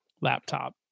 laptop